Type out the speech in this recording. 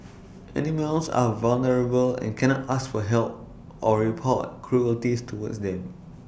animals are vulnerable and cannot ask for help or report cruelties towards them